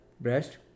breast